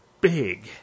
big